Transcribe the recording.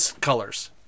colors